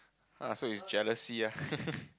ah so it's jealousy ah